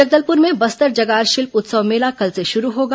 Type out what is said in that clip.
जगदलपुर में बस्तर जगार शिल्प उत्सव मेला कल से शुरू होगा